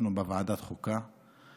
והשתתפנו בוועדת החוקה.